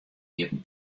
iepen